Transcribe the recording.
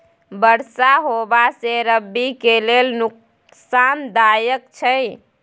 बरसा होबा से रबी के लेल नुकसानदायक छैय?